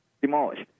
demolished